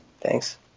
Thanks